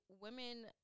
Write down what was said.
women